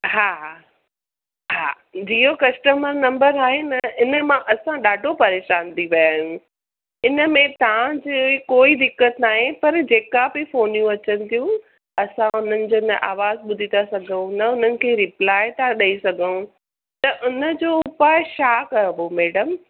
हा हा हा जी जिओ कस्टमर नंबर आहे न हिन मां असां ॾाढो परेशान थी पिया आहियूं हिन में तव्हांजी कोई दिक़त नाहे पर जेका बि फ़ोनियूं अचनि थियूं असां उन्हनि जो न आवाज़ ॿुधी था सघूं न उन्हनि खे रिप्लाए था ॾेई सघूं त हुनजो उपाउ छा करिबो मेडम